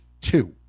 two